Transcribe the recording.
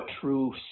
true